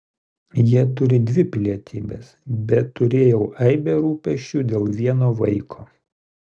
jie turi dvi pilietybes bet turėjau aibę rūpesčių dėl vieno vaiko